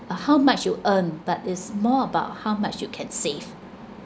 uh how much you earn but is more about how much you can save